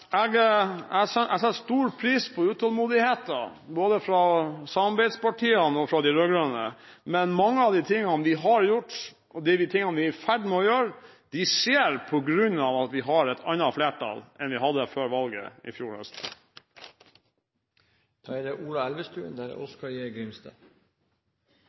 Jeg setter stor pris på utålmodigheten, både fra samarbeidspartiene og fra de rød-grønne, men mange av de tingene vi har gjort, og de tingene vi er i ferd med å gjøre, skjer på grunn av at vi har et annet flertall enn vi hadde før valget i fjor høst. Det har vært en interessant debatt. En av de mer påfallende tingene, synes jeg, er